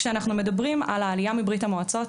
כשאנחנו מדברים על העלייה מברית המועצות